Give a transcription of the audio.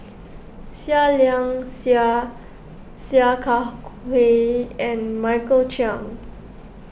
Seah Liang Seah Sia Kah Hui and Michael Chiang